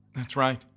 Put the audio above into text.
that's right.